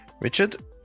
Richard